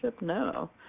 No